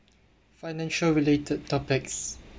financial related topics